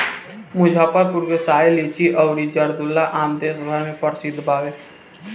मुजफ्फरपुर के शाही लीची अउरी जर्दालू आम देस भर में प्रसिद्ध बावे